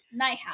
Nighthouse